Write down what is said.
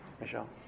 Michelle